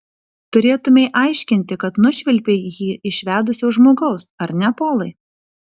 turėtumei aiškinti kad nušvilpei jį iš vedusio žmogaus ar ne polai